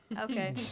Okay